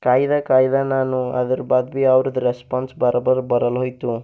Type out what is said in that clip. ಕಾಯ್ದು ಕಾಯ್ದು ನಾನು ಅದ್ರ ಬಾದ್ಬಿ ಅವ್ರದ್ದು ರೆಸ್ಪಾನ್ಸ್ ಬರಾಬರ್ ಬರಲ್ಹೋಯ್ತು